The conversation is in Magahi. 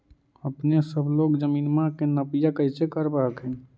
अपने सब लोग जमीनमा के नपीया कैसे करब हखिन?